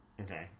Okay